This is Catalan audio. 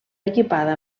equipada